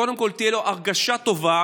קודם כול תהיה לו הרגשה טובה,